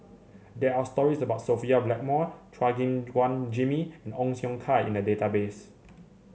there are stories about Sophia Blackmore Chua Gim Guan Jimmy and Ong Siong Kai in the database